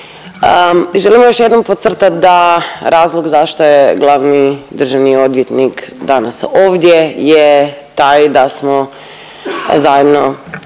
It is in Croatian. Želimo još jedno podcrtat da razlog zašto je glavni državni odvjetnik danas ovdje je taj da smo zajedno